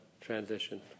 transition